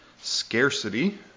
scarcity